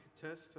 test